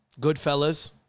Goodfellas